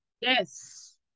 Yes